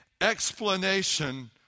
explanation